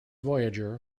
voyager